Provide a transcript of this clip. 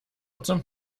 zum